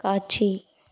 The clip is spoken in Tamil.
காட்சி